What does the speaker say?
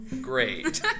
great